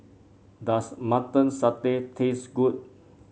does Mutton Satay taste good